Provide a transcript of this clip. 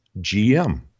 GM